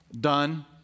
Done